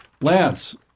Lance